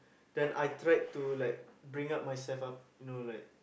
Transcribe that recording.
then I tried to like bring up myself up you know like